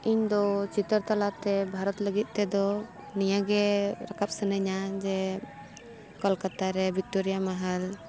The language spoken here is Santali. ᱤᱧ ᱫᱚ ᱪᱤᱛᱟᱹᱨ ᱛᱟᱞᱟᱛᱮ ᱵᱷᱟᱨᱚᱛ ᱞᱟᱹᱜᱤᱫ ᱛᱮᱫᱚ ᱱᱤᱭᱟᱹᱜᱮ ᱨᱟᱠᱟᱵ ᱥᱟᱱᱟᱧᱟ ᱡᱮ ᱠᱚᱞᱠᱟᱛᱟ ᱨᱮ ᱵᱷᱤᱠᱴᱳᱨᱤᱭᱟ ᱢᱟᱦᱟᱞ